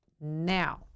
now